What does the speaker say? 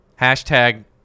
Hashtag